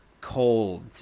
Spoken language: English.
cold